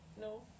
no